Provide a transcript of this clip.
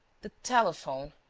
the telephone!